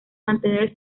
mantener